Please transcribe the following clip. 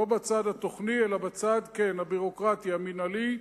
לא בצד התוכני אלא בצד, כן, הביורוקרטי, המינהלי,